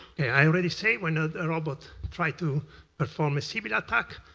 i already say when ah a robot tried to perform a similar attack,